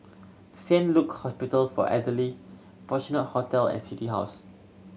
Saint Luke Hospital for Elderly Fortuna Hotel and City House